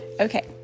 Okay